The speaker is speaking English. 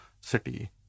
city